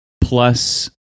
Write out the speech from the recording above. plus